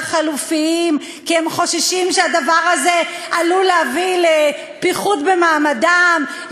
חלופיים כי הם חוששים שהדבר הזה עלול להביא לפיחות במעמדם,